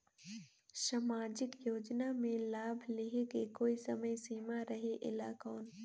समाजिक योजना मे लाभ लहे के कोई समय सीमा रहे एला कौन?